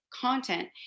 content